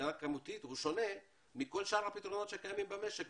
הוא שונה מכל שאר הפתרונות שקיימים במשק,